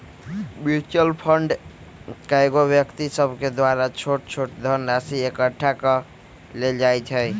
mutual fund में कएगो व्यक्ति सभके द्वारा छोट छोट धनराशि एकठ्ठा क लेल जाइ छइ